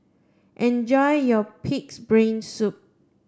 enjoy your pig's brain soup